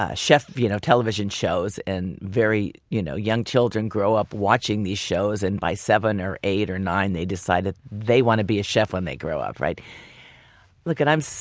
ah chef you know television shows and very you know young children grow up watching these shows and by seven or eight or nine they decide that they want to be a chef when they grow up. like and i'm,